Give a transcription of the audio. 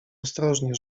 ostrożnie